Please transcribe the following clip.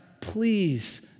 please